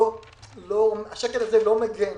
לא מגן.